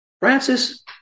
Francis